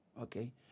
Okay